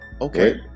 Okay